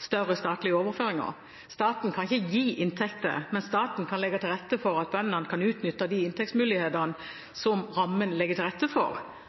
større statlige overføringer. Staten kan ikke gi inntekter, men staten kan legge til rette for at bøndene kan utnytte de inntektsmulighetene som rammen legger til rette for.